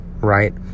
Right